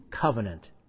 covenant